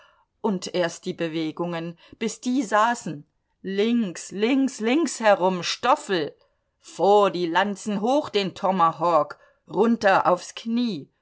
und erst die bewegungen bis die saßen links links links herum stoffel vor die lanzen hoch den tomahawk runter aufs knie